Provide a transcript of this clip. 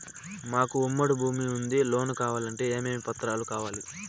మాకు ఉమ్మడి భూమి ఉంది లోను కావాలంటే ఏమేమి పత్రాలు కావాలి?